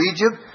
Egypt